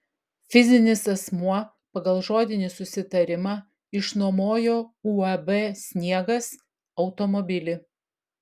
fizinis asmuo pagal žodinį susitarimą išnuomojo uab sniegas automobilį